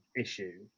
issue